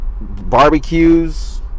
Barbecues